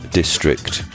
district